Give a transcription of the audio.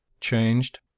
Changed